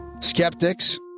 Skeptics